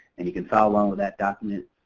and you can follow along with that document